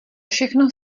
všechno